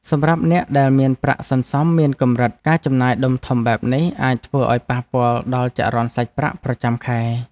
សម្រាប់អ្នកដែលមានប្រាក់សន្សំមានកម្រិតការចំណាយដុំធំបែបនេះអាចធ្វើឱ្យប៉ះពាល់ដល់ចរន្តសាច់ប្រាក់ប្រចាំខែ។